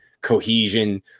cohesion